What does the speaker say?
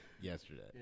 yesterday